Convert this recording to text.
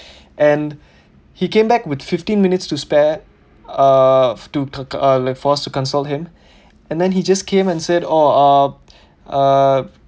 and he came back with fifteen minutes to spare uh to to uh for us to consult him and then he just came and said oh uh uh